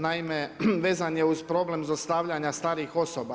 Naime, vezan je uz problem zlostavljanja starijih osoba.